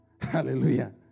Hallelujah